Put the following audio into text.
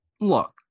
look